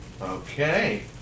Okay